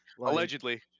Allegedly